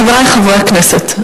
חברי חברי הכנסת,